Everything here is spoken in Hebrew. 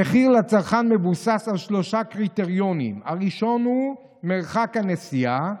המחיר לצרכן מבוסס על שלושה קריטריונים: הראשון הוא מרחק הנסיעה,